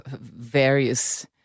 various